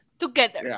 together